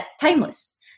timeless